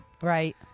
Right